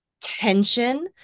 tension